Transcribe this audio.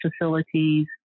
facilities